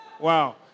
Wow